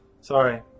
Sorry